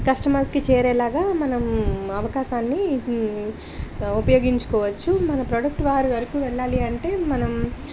కస్టమర్స్కి చేరేలాగా మనం అవకాశాన్ని ఉపయోగించుకోవచ్చు మన ప్రోడక్ట్ వారి వరకు వెళ్ళాలి అంటే మనం